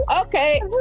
Okay